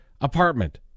apartment